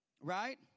right